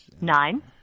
Nine